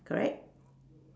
correct